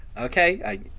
okay